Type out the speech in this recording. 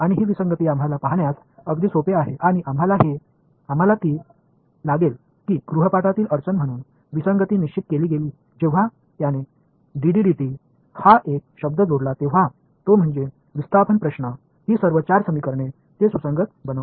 அந்த முரண்பாடு நாம் வீட்டுப்பாடத்தில் பார்க்கும் உள்ள ஒரு சிக்கலை போன்று எளிமையானது இத்துடன் இந்த ஒரு சொல்லை அவர் சேர்த்து அந்த முரண்பாட்டை சரி செய்தார் இடப்பெயர்ச்சி புதிர் அவர் இந்த வார்த்தையை இந்த 4 சமன்பாடுகளிலும் சேர்க்கும்போது அனைத்தும் சீராக ஆக மாறின